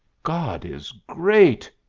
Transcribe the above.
god is great!